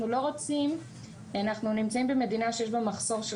אנחנו נמצאים במדינה שיש בה מחסור של